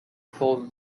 some